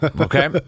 okay